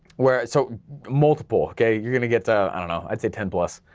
where, so multiple, okay, you're gonna get, ah i don't know, i'd say ten plus,